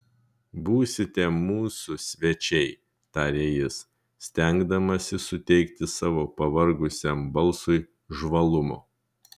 būsite mūsų svečiai tarė jis stengdamasis suteikti savo pavargusiam balsui žvalumo